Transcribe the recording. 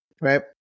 right